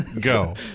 Go